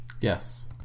yes